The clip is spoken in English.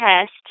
test